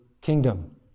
kingdom